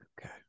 Okay